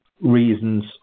reasons